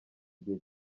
gihe